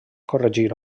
corregir